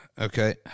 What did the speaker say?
Okay